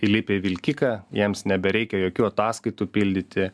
įlipę į vilkiką jiems nebereikia jokių ataskaitų pildyti